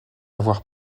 avoir